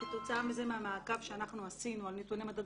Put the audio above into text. כתוצאה מהמעקב שאנחנו עשינו על נתוני מדדי